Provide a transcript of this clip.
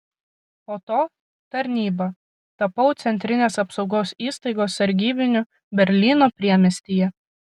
po to tarnyba tapau centrinės apsaugos įstaigos sargybiniu berlyno priemiestyje